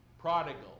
prodigal